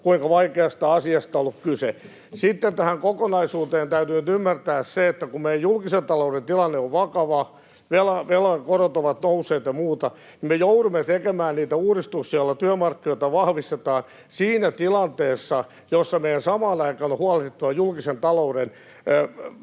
kuinka vaikeasta asiasta on ollut kyse. Sitten tästä kokonaisuudesta täytyy nyt ymmärtää se, että kun meidän julkisen talouden tilanne on vakava, velan korot ovat nousseet ja muuta, niin me joudumme tekemään niitä uudistuksia, joilla työmarkkinoita vahvistetaan siinä tilanteessa, jossa meidän on samaan aikaan huolehdittava julkisen talouden